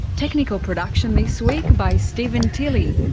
technical production this week by stephen tilley,